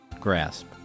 grasp